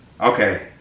Okay